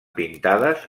pintades